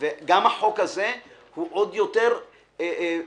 גם הצעת החוק הזאת היא עוד יותר מסודרת